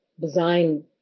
design